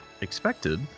expected